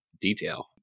detail